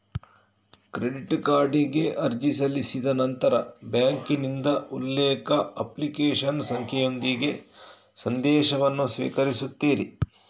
credit ಕಾರ್ಡಿಗೆ ಅರ್ಜಿ ಸಲ್ಲಿಸಿದ ನಂತರ ಬ್ಯಾಂಕಿನಿಂದ ಉಲ್ಲೇಖ, ಅಪ್ಲಿಕೇಶನ್ ಸಂಖ್ಯೆಯೊಂದಿಗೆ ಸಂದೇಶವನ್ನು ಸ್ವೀಕರಿಸುತ್ತೀರಿ